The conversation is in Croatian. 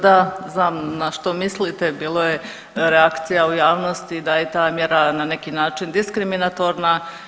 Da, znam na što mislite, bilo je reakcija u javnosti da je ta mjera na neki način diskriminatorna.